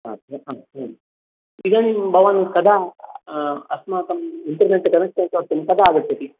हा इदानीं भवान् कदा अस्माकम् इन्टेर्नेट् कनेक्षन् कर्तुं कदा आगच्छति